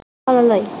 তললৈ